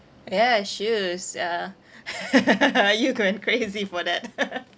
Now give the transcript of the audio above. ya shoes uh you going crazy for that